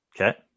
Okay